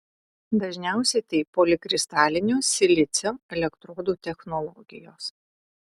dažniausiai tai polikristalinio silicio elektrodų technologijos